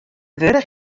wurdich